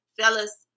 fellas